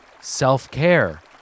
Self-care